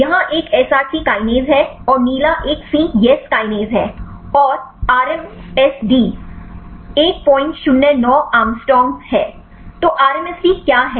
यहाँ यह एक SRC Kinase है और नीला एक C Yes kinase है और RMSD 109 angstrom है तो RMSD क्या है